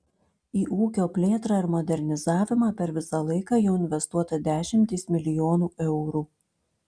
į ūkio plėtrą ir modernizavimą per visą laiką jau investuota dešimtys milijonų eurų